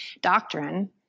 doctrine